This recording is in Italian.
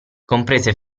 comprese